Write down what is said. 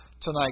tonight